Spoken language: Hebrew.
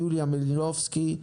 יוליה מלינובסקי,